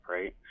Right